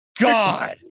God